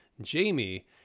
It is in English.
Jamie